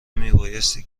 میبایستی